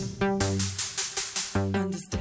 Understand